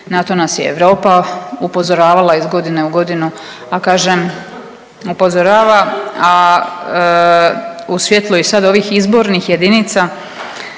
to nas je Europa upozoravala iz godine u godinu, a kažem, upozorava, a u svjetlu i sad ovih izbornih jedinica,